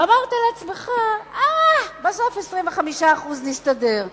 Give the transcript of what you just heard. ואמרת לעצמך: אה, בסוף 25%, נסתדר.